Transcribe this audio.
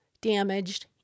damaged